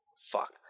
Fuck